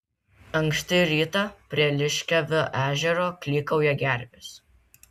anksti rytą prie liškiavio ežero klykauja gervės